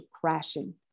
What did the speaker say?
crashing